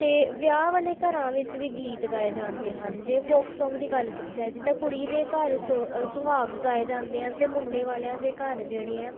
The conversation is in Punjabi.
ਅਤੇ ਵਿਆਹ ਵਾਲੇ ਘਰਾਂ ਵਿੱਚ ਵੀ ਗੀਤ ਗਾਏ ਜਾਂਦੇ ਹਨ ਜੇ ਫੋਕ ਸੋਂਗ ਦੀ ਗੱਲ ਕੀਤੀ ਜਾਏ ਜਿੱਦਾਂ ਕੁੜੀ ਦੇ ਸੋ ਸੁਹਾਗ ਗਾਏ ਜਾਂਦੇ ਹਨ ਅਤੇ ਮੁੰਡੇ ਵਾਲਿਆਂ ਦੇ ਘਰ ਜਿਹੜੇ ਹੈ